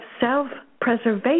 self-preservation